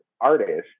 artist